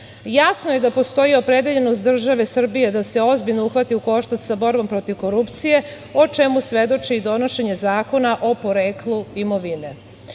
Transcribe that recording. je da postoji opredeljenost države Srbije da se ozbiljno uhvati u koštac sa borbom protiv korupcije, o čemu svedoči i donošenje Zakona o poreklu imovine. Navedeni